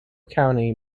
county